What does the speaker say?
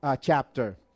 chapter